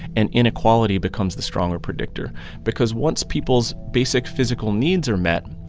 and inequality becomes the stronger predictor because once people's basic physical needs are met,